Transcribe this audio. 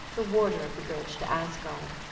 the warder of the bridge to asgard.